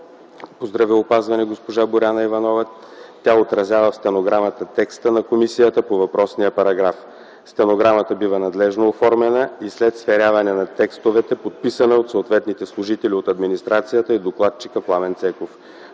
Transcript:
по здравеопазване госпожа Боряна Иванова, тя отразява в стенограмата текста на комисията по въпросния параграф. Стенограмата бива надлежно оформена и след сверяване на текстовете подписана от съответните служители от администрацията и докладчика Пламен Цеков.